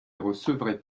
recevraient